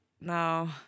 No